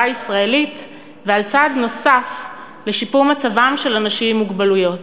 הישראלית ועל צעד נוסף לשיפור מצבם של אנשים עם מוגבלויות.